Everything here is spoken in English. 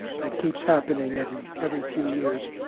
that keeps happening. every every few years,